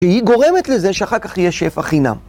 שהיא גורמת לזה שאחר כך יהיה שפע חינם.